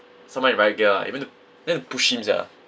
someone in riot gear ah they went to went to push him sia